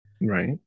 Right